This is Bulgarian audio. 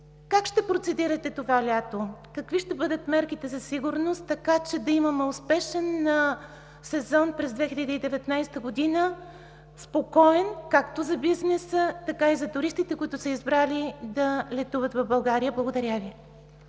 Как ще процедирате това лято, какви ще бъдат мерките за сигурност, за да имаме успешен сезон през 2019 г., спокоен както за бизнеса, така и за туристите, които са избрали да летуват в България? Благодаря Ви.